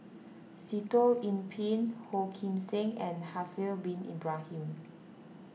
Sitoh Yih Pin Ong Kim Seng and Haslir Bin Ibrahim